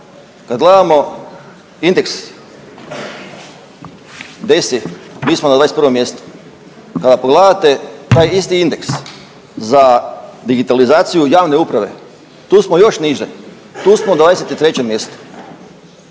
Kad gledamo Indeks DESI mi smo na 21. mjestu. Kada pogledate taj isti Index za digitalizaciju javne uprave tu smo još niže, tu smo na 23. mjestu.